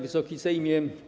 Wysoki Sejmie!